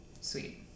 sweet